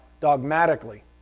dogmatically